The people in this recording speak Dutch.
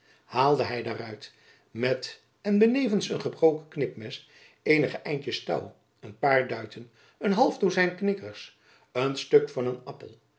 haalde hy daaruit met en benevens een gebroken knipmes eenige eindtjens touw een paar duiten een half dozijn knikkers een stuk van een appel